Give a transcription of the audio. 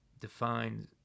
defines